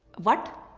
what?